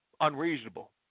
Unreasonable